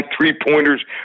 three-pointers